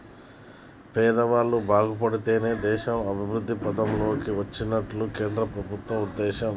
పేదవాళ్ళు బాగుపడితేనే దేశం అభివృద్ధి పథం లోకి వచ్చినట్లని కేంద్ర ప్రభుత్వం ఉద్దేశం